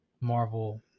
Marvel